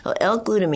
L-glutamine